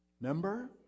Remember